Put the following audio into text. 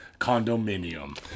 condominium